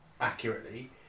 accurately